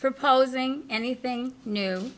proposing anything new